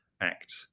act